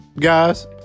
guys